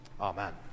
Amen